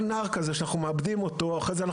אנחנו מאבדים נער כזה ואחר כך אנחנו